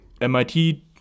mit